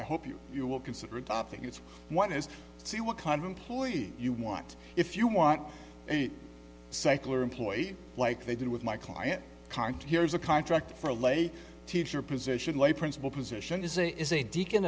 i hope you you will consider a topic it's one is see what kind of employee you want if you want a secular employee like they do with my client card here's a contract for a lay teacher position lay principle position is a is a deacon